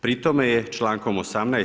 Pri tome je člankom 18.